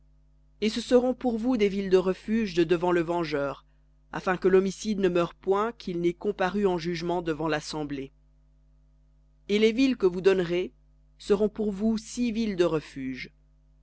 et ce seront pour vous des villes de refuge de devant le vengeur afin que l'homicide ne meure point qu'il n'ait comparu en jugement devant lassemblée et les villes que vous donnerez seront pour vous six villes de refuge